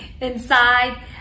inside